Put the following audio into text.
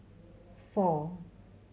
four